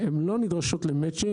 הן לא נדרשות למצ'ינג,